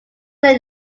were